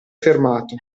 fermato